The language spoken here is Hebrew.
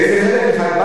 זה חלק.